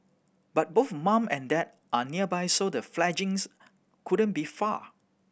but both mum and dad are nearby so the fledglings couldn't be far